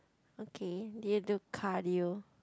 okay did you do cardio